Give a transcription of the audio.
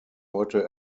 heute